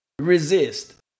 resist